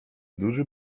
duży